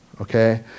Okay